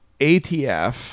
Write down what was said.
atf